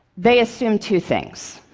they assume two things.